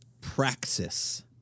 praxis